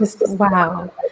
Wow